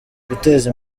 guteza